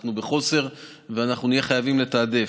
אנחנו בחוסר ואנחנו נהיה חייבים לתעדף.